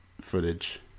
footage